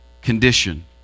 condition